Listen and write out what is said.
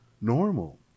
normal